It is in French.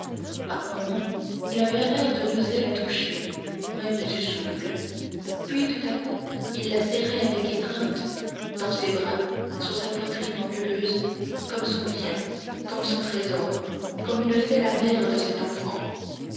par moments il avait l'air de n'oser la toucher même du souffle puis tout à coup il la serrait avec étreinte dans ses bras sur sa poitrine anguleuse comme son bien comme son trésor comme eût fait la mère de cette enfant